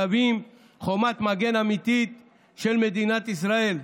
מהווים חומת מגן אמיתית של מדינת ישראל.